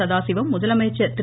சதாசிவம் முதலமைச்சர் திரு